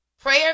Prayer